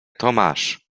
tomasz